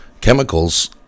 chemicals